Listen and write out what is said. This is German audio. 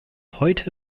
heute